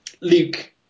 Luke